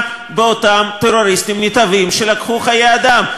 באותם טרוריסטים נתעבים שלקחו חיי אדם.